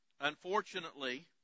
Unfortunately